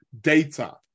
data